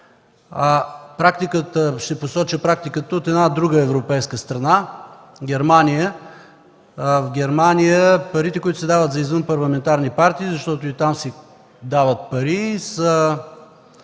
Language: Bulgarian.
партии. Ще посоча практиката от една друга европейска страна – Германия. В Германия парите, които се дават за извънпарламентарни партии, защото и там се дават пари, са